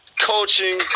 coaching